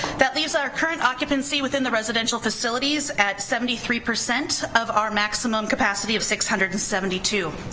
that leaves our current occupancy within the residential facilities at seventy three percent of our maximum capacity of six hundred and seventy two.